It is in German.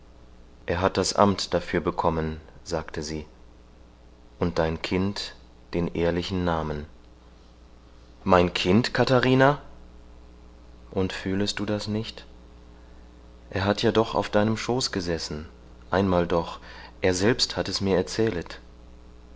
er hat das amt dafür bekommen sagte sie und dein kind den ehrlichen namen mein kind katharina und fühltest du das nicht er hat ja doch auf deinem schoß gesessen einmal doch er selbst hat es mir erzählet